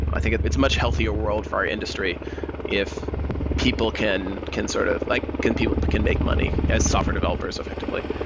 i think it's much healthier world for our industry if people can can sort of like people but can make money as software developers effectively.